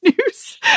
news